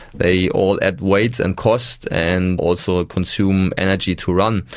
they all add weight and cost and also ah consume energy to run.